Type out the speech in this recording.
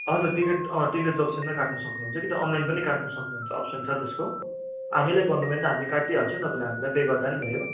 हजुर हजुर ticket ticket जक्सनमै काट्न सक्नुहुन्छ कि त अनलाइन पनि काट्न सक्नुहुन्छ अप्सन छ त्यसको हामीलाई भन्नुभयो भने त हामी काटिदिहाल्छौँ तपाईँले हामीलाई पे गर्दा नि भयो